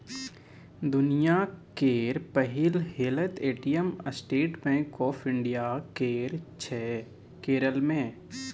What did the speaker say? दुनियाँ केर पहिल हेलैत ATM State Bank of India केर छै केरल मे